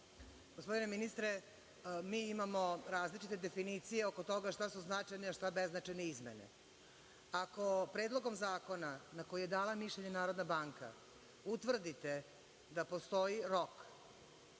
Gospodine ministre, mi imamo različite definicije oko toga šta su značajne, a šta beznačajne izmene. Ako predlogom zakona, na koji je dala mišljenje Narodna banka, utvrdite da postoji rok,